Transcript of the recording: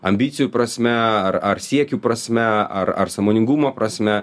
ambicijų prasme ar ar siekių prasme ar ar sąmoningumo prasme